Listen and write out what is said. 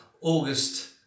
August